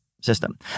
system